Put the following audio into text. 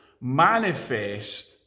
manifest